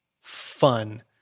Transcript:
fun